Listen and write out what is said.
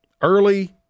early